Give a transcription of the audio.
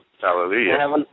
Hallelujah